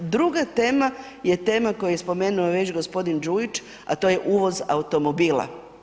Druga tema je tema koju je spomenuo već g. Đujić, a to je uvoz automobila.